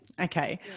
Okay